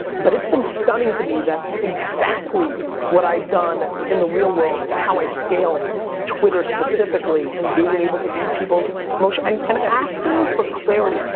but it's been stunning to me that exactly what i've done in the real world is how i scaled twitter, specifically, in being able to read people's emotions and and asking for clarity.